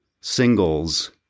singles